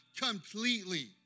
completely